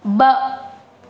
ॿ